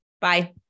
bye